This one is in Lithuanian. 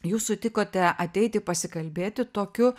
jūs sutikote ateiti pasikalbėti tokiu